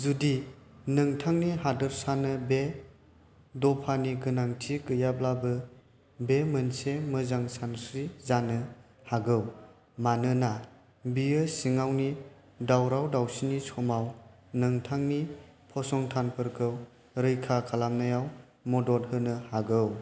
जुदि नोंथांनि हादोरसानो बे दफानि गोनांथि गैयाब्लाबो बे मोनसे मोजां सानस्रि जानो हागौ मानोना बियो सिङावनि दावराव दावसिनि समाव नोंथांनि फसंथानफोरखौ रैखा खालामनायाव मदद होनो हागौ